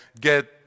get